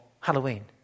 Halloween